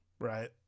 Right